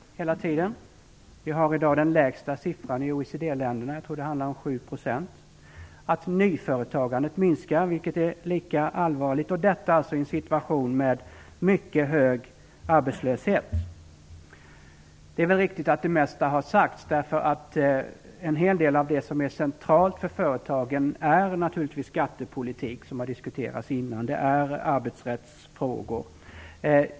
Bland OECD-länderna uppvisar vi i Sverige i dag den lägsta siffran. Jag tror att det rör sig om 7 %. Dessutom minskar nyföretagandet, och det är lika allvarligt - detta alltså i en situation med mycket hög arbetslöshet. Det är nog riktigt att det mesta har sagts. En hel del av det som är centralt för företagen är naturligtvis skattepolitiken, och den har ju tidigare diskuterats här. En annan central del är arbetsrättsfrågorna.